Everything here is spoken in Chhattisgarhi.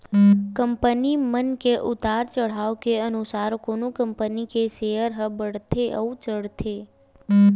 कंपनी मन के उतार चड़हाव के अनुसार कोनो कंपनी के सेयर ह बड़थे अउ चढ़थे